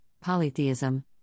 polytheism